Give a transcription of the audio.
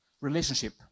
Relationship